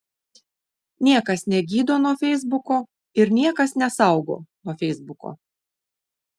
niekas negydo nuo feisbuko ir niekas nesaugo nuo feisbuko